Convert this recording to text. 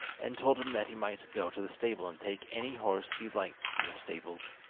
and told him that he might go to the stable and take any horse he liked from the stables.